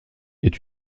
est